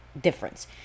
difference